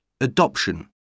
Adoption